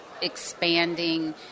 expanding